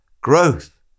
growth